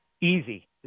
easy